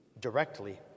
directly